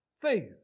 Faith